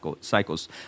cycles